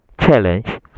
challenge